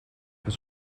was